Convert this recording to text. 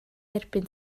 derbyn